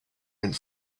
went